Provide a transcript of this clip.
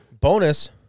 Bonus